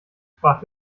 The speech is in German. sprach